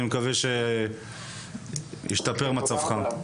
אני מקווה שישתפר מצבך.